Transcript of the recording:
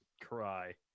cry